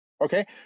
Okay